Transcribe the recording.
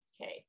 Okay